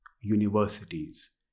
universities